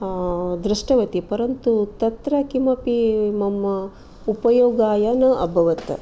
दृष्टवती परन्तु तत्र किमपि मम उपयोगाय न अभवत्